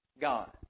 God